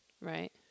Right